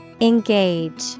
Engage